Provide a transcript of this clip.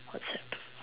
whatsapp